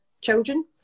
children